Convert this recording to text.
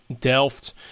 Delft